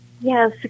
Yes